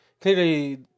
clearly